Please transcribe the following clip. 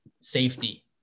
safety